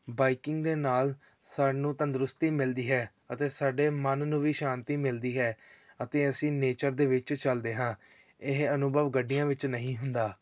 biking ਦੇ ਨਾਲ ਸਾਨੂੰ ਤੰਦਰੁਸਤੀ ਮਿਲਦੀ ਹੈ ਅਤੇ ਸਾਡੇ ਮਨ ਨੂੰ ਵੀ ਸ਼ਾਂਤੀ ਮਿਲਦੀ ਹੈ ਅਤੇ ਅਸੀਂ ਨੇਚਰ ਦੇ ਵਿੱਚ ਚਲਦੇ ਹਾਂ ਇਹ ਅਨੁਭਵ ਗੱਡੀਆਂ ਵਿੱਚ ਨਹੀਂ ਹੁੰਦਾ